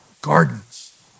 gardens